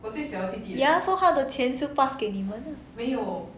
ya so 他的钱是 pass 给你们